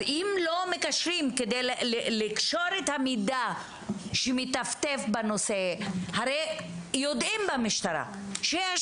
אם לא מקשרים כדי לקשור את המידע שמטפטף בנושא הרי יודעים במשטרה שיש